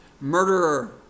murderer